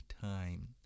time